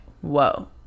whoa